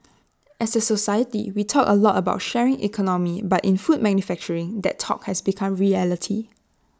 as A society we talk A lot about sharing economy but in food manufacturing that talk has become reality